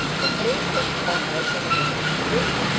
the place of honour was given to him,